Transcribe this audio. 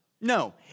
No